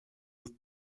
with